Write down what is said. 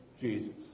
Jesus